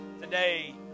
today